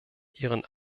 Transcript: ihren